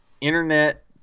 internet